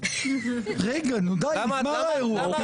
חלק עושים את זה מסדר יום אידיאולוגי קנאי פונדמנטליסטי